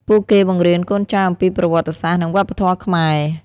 ពួកគេបង្រៀនកូនចៅអំពីប្រវត្តិសាស្ត្រ និងវប្បធម៌ខ្មែរ។